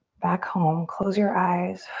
back home. close your eyes.